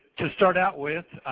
to start out with